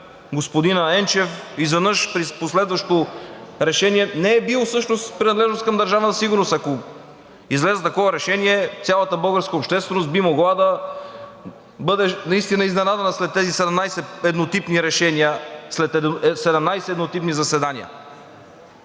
господин Енчев изведнъж при последващо решение не е бил в принадлежност към Държавна сигурност. Ако излезе такова решение, цялата българска общественост би могла да бъде наистина изненадана след тези 17 еднотипни решения,